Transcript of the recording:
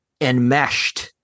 enmeshed